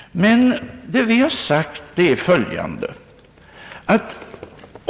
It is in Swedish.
Vad vi har sagt är följande.